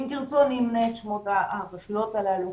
אם תרצו, אני אמנה את שמות הרשויות הללו.